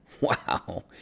Wow